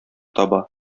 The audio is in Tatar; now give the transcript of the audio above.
таба